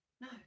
no